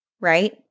right